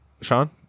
Sean